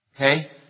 Okay